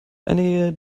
einige